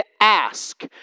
ask